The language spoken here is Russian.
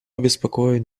обеспокоен